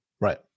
Right